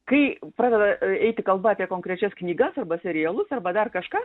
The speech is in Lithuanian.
kai pradeda eiti kalba apie konkrečias knygas arba serialus arba dar kažką